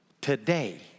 today